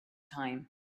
time